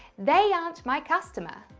they aren't my customer.